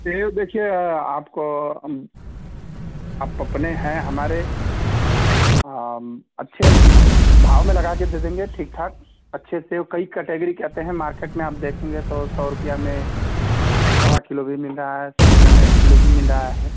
सेब देखिए अ आपको आप अपने हैं हमारे अम अच्छे भाव में लगा कर दे देंगे ठीक ठाक अच्छे सेब कई कटेगरी के आते हैं मार्केट में आप देखेंगे तो सौ रूपया में सवा किलो भी मिल रहा है सौ रूपया में एक किलो भी मिल रहा है